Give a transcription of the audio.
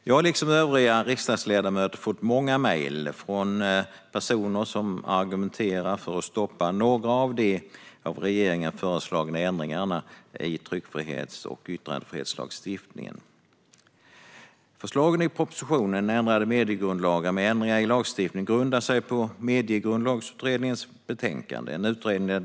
Jag har liksom övriga riksdagsledamöter fått många mejl från personer som argumenterar för att stoppa några av de av regeringen föreslagna ändringarna i tryckfrihets och yttrandefrihetslagstiftningen. Förslagen i propositionen Ändrade mediegrundlagar , med ändringar i lagstiftning, grundar sig på Mediegrundlagsutredningens betänkande.